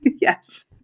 yes